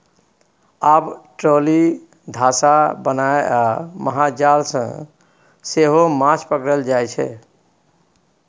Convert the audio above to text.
आब ट्रोली, धासा बनाए आ महाजाल सँ सेहो माछ पकरल जाइ छै